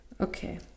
Okay